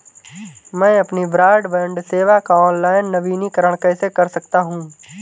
मैं अपनी ब्रॉडबैंड सेवा का ऑनलाइन नवीनीकरण कैसे कर सकता हूं?